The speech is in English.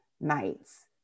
nights